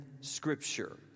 Scripture